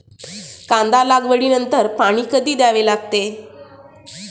कांदा लागवडी नंतर पाणी कधी द्यावे लागते?